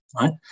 right